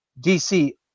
DC